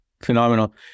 phenomenal